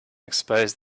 expose